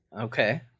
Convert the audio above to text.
Okay